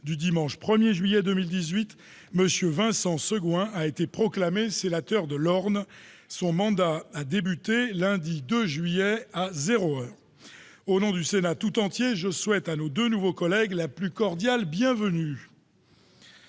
du dimanche 1 juillet 2018, M. Vincent Segouin a été proclamé sénateur de l'Orne. Son mandat a débuté lundi 2 juillet, à zéro heure. Au nom du Sénat tout entier, je lui souhaite la plus cordiale bienvenue.